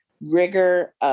rigor